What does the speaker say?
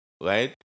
right